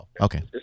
okay